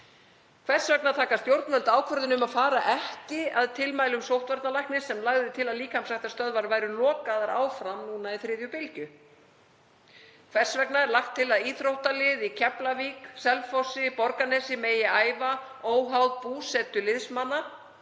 Hvers vegna taka stjórnvöld ákvörðun um að fara ekki að tilmælum sóttvarnalæknis sem lagði til að líkamsræktarstöðvar yrðu lokaðar áfram núna í þriðju bylgju? Hvers vegna er lagt til að íþróttalið í Keflavík, Selfossi og í Borgarnesi megi æfa, óháð búsetu liðsmanna,